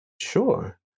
Sure